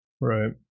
Right